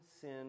sin